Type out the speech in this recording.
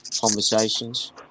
conversations